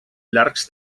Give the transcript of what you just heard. llargs